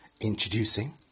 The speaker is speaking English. introducing